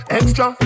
extra